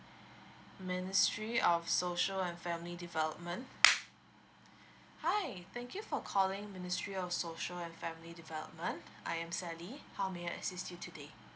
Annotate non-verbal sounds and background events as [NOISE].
ministry of social and family development [NOISE] hi thank you for calling ministry of social and family development I'm sally how may I assist you today